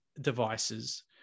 devices